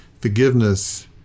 forgiveness